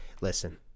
listen